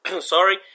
sorry